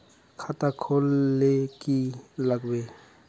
खाता खोल ले की लागबे?